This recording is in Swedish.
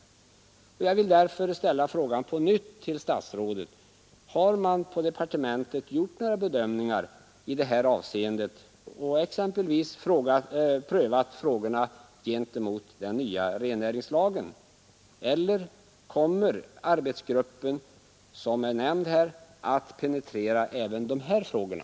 Jag vill med utgångspunkt från vad jag nu anfört ställa frågan på nytt till statsrådet: Har man på departementet gjort några bedömningar i det här avseendet och exempelvis prövat frågorna gentemot den nya rennäringslagen, eller kommer den arbetsgrupp som nämnts här att penetrera även de här frågorna?